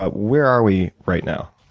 but where are we right now?